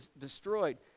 destroyed